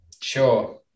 sure